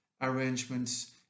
Arrangements